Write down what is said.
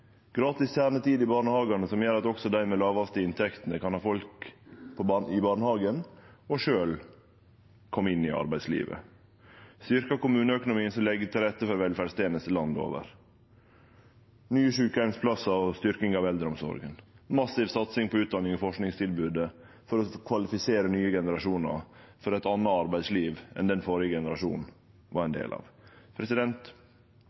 gratis kjernetid i barnehagane, som gjer at også dei med dei lågaste inntektene kan ha barn i barnehagen og sjølve kome inn i arbeidslivet, styrking av kommuneøkonomien som legg til rette for velferdstenester landet over, nye sjukeheimsplassar og styrking av eldreomsorga og massiv satsing på utdanings- og forskingstilbodet for å kvalifisere nye generasjonar for eit anna arbeidsliv enn den førre generasjonen var ein